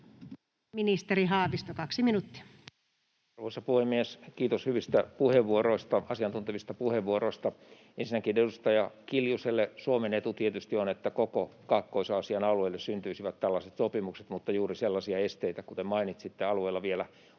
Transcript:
Ministeri Haavisto, 2 minuuttia. Arvoisa puhemies! Kiitos hyvistä puheenvuoroista, asiantuntevista puheenvuoroista. Ensinnäkin edustaja Kiljuselle: Suomen etu tietysti on, että koko Kaakkois-Aasian alueelle syntyisivät tällaiset sopimukset, mutta juuri sellaisia esteitä, kuten mainitsitte, alueella vielä